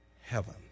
heaven